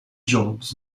jobs